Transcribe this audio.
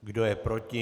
Kdo je proti?